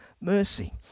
mercy